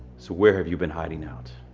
so where have you been hiding out?